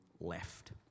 left